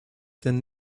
than